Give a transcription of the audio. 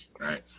right